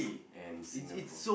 and Singapore